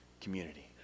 community